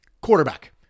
quarterback